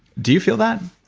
do you feel that?